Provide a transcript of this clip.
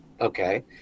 okay